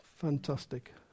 fantastic